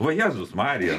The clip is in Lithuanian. va jėzus marija